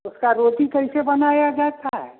उसकी रोटी कैसे बनाई जाती है